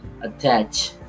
attach